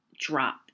Drop